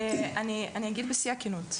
אני אגיד בשיא הכנות,